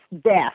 death